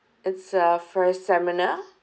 it's uh for a seminar